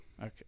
Okay